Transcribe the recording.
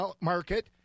market